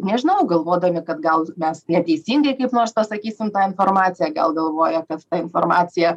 nežinau galvodami kad gal mes neteisingai kaip nors pasakysim tą informaciją gal galvoja kad ta informacija